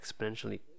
exponentially